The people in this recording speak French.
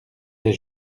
les